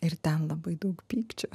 ir ten labai daug pykčio